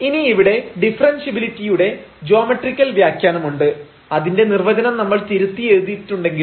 ഇനി ഇവിടെ ഡിഫറെൻഷ്യബിലിറ്റിയുടെ ജ്യാമിതീയ വ്യാഖ്യാനമുണ്ട് അതിന്റെ നിർവചനം നമ്മൾ തിരുത്തി എഴുതിയിട്ടുണ്ടെങ്കിലും